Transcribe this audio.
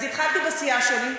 אז התחלתי בסיעה שלי.